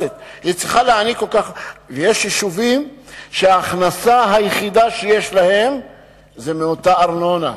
יש יישובים שההכנסה היחידה שלהם היא מארנונה.